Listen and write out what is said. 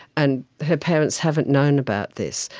and her parents haven't known about this,